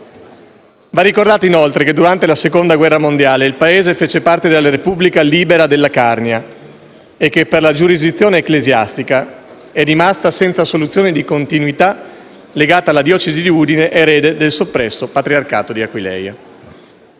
Va ricordato inoltre che, durante la Seconda guerra mondiale, il paese fece parte della Repubblica libera della Carnia e che per la giurisdizione ecclesiastica è rimasta, senza soluzione di continuità, legata alla diocesi di Udine, erede del soppresso patriarcato di Aquileia.